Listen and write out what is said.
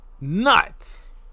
nuts